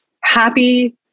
happy